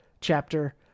chapter